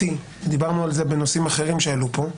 דיברנו על זה בנושאים אחרים שעלו פה.